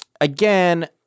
again